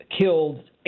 killed